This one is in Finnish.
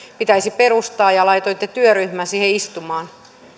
pitäisi perustaa ja laitoitte työryhmän siihen istumaan